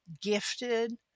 gifted